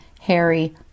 Harry